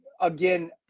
again